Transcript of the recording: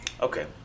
Okay